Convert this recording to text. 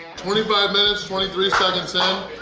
twenty five minutes twenty three seconds in.